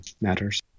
matters